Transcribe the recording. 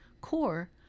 core